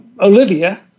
Olivia